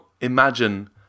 imagine